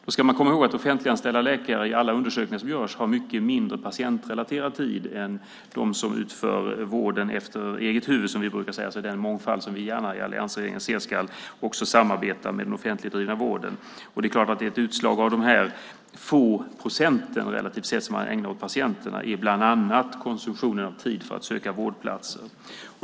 Då ska man komma ihåg att offentliganställda läkare i alla undersökningar som görs har mycket mindre patientrelaterad tid än de som utför vården efter eget huvud, som vi brukar säga, alltså den mångfald som vi gärna från alliansregeringens sida ser ska samarbeta med den offentligdrivna vården. Det är klart att de här få procenten, relativt sett, som man ägnar åt patienterna, bland annat är ett utslag av konsumtionen av tid för att söka vårdplatser.